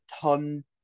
ton